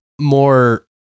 more